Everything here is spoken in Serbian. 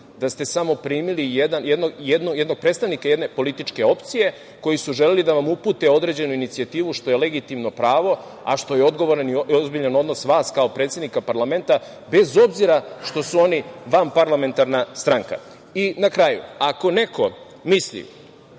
da ste samo primili jednog predstavnika jedne političke opcije, koji su želeli da vam upute određenu inicijativu, što je legitimno pravo, a što je odgovoran i ozbiljan odnos vas kao predsednika parlamenta, bez obzira što su oni vanparlamentarna stranka. Na kraju, ako neko iz